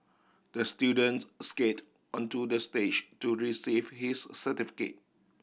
the students skate onto the stage to receive his certificate